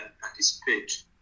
participate